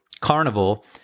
carnival